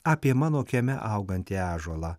apie mano kieme augantį ąžuolą